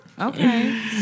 Okay